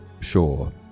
sure